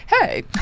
hey